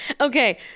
Okay